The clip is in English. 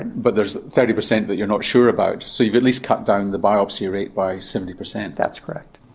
but there's thirty per cent that but you're not sure about, so you've at least cut down and the biopsy rate by seventy per cent. that's correct.